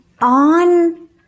on